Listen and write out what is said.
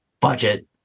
budget